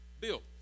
Bill